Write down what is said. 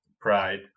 Pride